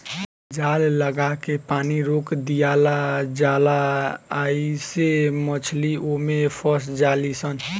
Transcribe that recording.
जाल लागा के पानी रोक दियाला जाला आइसे मछली ओमे फस जाली सन